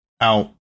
out